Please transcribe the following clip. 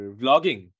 vlogging